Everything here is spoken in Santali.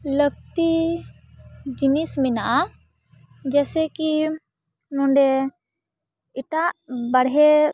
ᱞᱟᱹᱠᱛᱤ ᱡᱤᱱᱤᱥ ᱢᱮᱱᱟᱜᱼᱟ ᱡᱮᱥᱮ ᱠᱤ ᱱᱚᱰᱮ ᱮᱴᱟᱜ ᱵᱟᱨᱦᱮ